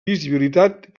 visibilitat